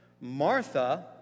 Martha